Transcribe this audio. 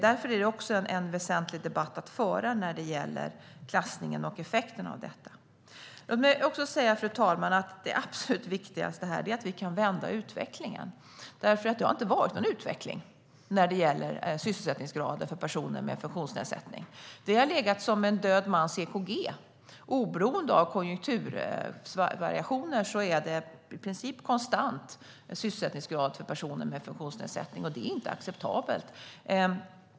Därför är det väsentligt att föra en debatt om klassningen och effekten av den. Fru talman! Det absolut viktigaste är att vi kan vända utvecklingen, för det har inte varit någon utveckling av sysselsättningsgraden för personer med funktionsnedsättning. Den har legat som en död mans EKG. Oberoende av konjunkturvariationer är sysselsättningsgraden för personer med funktionsnedsättning konstant. Det är inte acceptabelt.